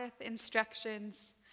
instructions